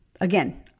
Again